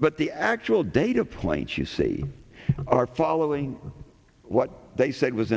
but the actual data plaint you see are following what they said was